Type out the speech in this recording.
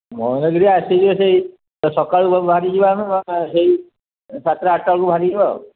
ମହେନ୍ଦ୍ରଗିରି ଆସିଯିବେ ସେଇ ସକାଳୁ ବାହାରିଯିବା ଆମେ ସେଇ ସାତଟ ଆଠଟା ବେଳକୁ ବାହାରିଯିବା ଆଉ